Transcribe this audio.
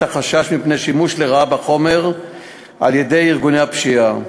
החשש מפני שימוש לרעה בחומר על-ידי ארגוני הפשיעה,